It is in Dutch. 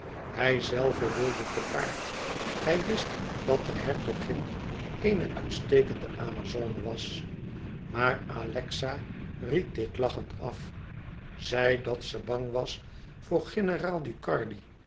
hijzelve wilde te paard hij wist dat de hertogin eene uitstekende amazone was maar alexa ried dit lachend af zei dat ze bang was voor generaal ducardi